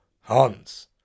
Hans